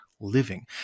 living